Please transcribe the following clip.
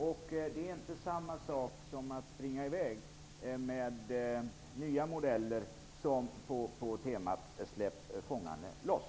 Men det är inte samma sak som att springa i väg med nya modeller på temat Släpp fångarne loss!